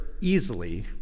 easily